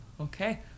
Okay